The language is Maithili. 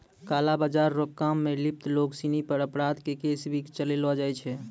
काला बाजार रो काम मे लिप्त लोग सिनी पर अपराध के केस भी चलैलो जाय छै